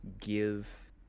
give